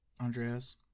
Andreas